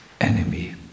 enemy